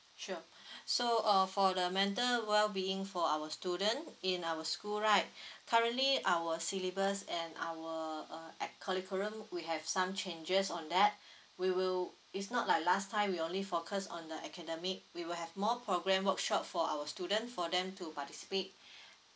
sure so uh for the mental well being for our student in our school right currently our syllabus and our uh act~ curriculum we have some changes on that we will it's not like last time we only focus on the academic we will have more program workshop for our student for them to participate